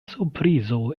surprizo